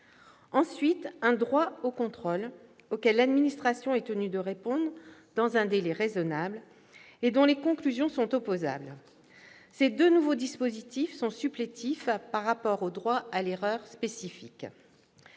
ensuite, un « droit au contrôle », auquel l'administration est tenue de répondre dans un délai raisonnable, et dont les conclusions sont opposables. Ces deux nouveaux dispositifs sont supplétifs par rapport aux « droits à l'erreur » spécifiques.